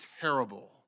terrible